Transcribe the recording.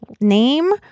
name